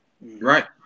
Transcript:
right